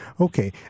Okay